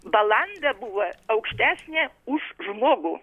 balanda buvo aukštesnė už žmogų